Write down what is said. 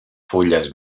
fulles